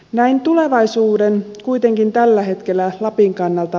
näin tulevaisuuden kuitenkin tällä hetkellä lapin kannalta